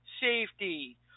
safety